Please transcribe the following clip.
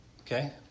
Okay